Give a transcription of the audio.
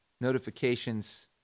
notifications